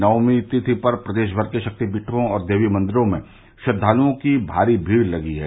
नवमी तिथि पर प्रदेश भर के शक्तिपीठों और देवी मंदिरों में श्रद्वालुओं की भारी भीड़ लगी है